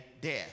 death